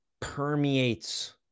permeates